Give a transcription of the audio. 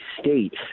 state